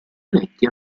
eletti